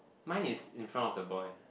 mine is in front of the boy